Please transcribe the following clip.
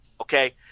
Okay